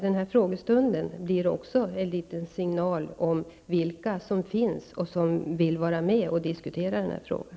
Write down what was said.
Den här frågestunden kanske också blir en liten signal om vilka som finns och vilka som vill vara med och diskutera den här frågan.